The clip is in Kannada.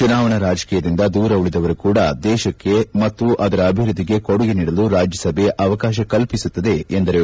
ಚುನಾವಣಾ ರಾಜಕೀಯದಿಂದ ದೂರ ಉಳಿದವರು ಕೂಡ ದೇಶಕ್ಕೆ ಮತ್ತು ಅದರ ಅಭಿವ್ಯದ್ದಿಗೆ ಕೊಡುಗೆ ನೀಡಲು ರಾಜ್ಲಸಭೆ ಅವಕಾಶ ಕಲ್ಪಿಸುತ್ತದೆ ಎಂದರು